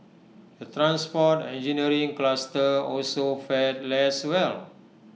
the transport engineering cluster also fared less well